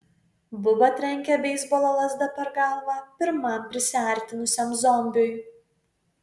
buba trenkė beisbolo lazda per galvą pirmam prisiartinusiam zombiui